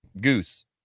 goose